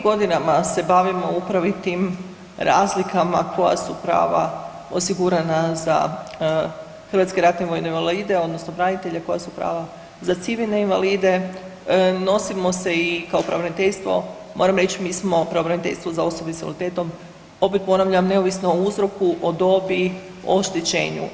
Pa mi godinama se bavimo upravo tim razlika koja su prava osigurana za hrvatske ratne vojne invalide odnosno branitelje, koja su prava za civilne invalide, nosimo se i kao pravobraniteljstvo, moram mi smo pravobraniteljstvo za osobe s invaliditetom, opet ponavljam neovisno o uzroku, o dobi, o oštećenju.